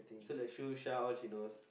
so like Shu Shah all she knows